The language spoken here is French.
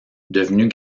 devenus